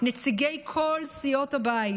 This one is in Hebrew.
נציגי כל סיעות הבית,